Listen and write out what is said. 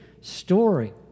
story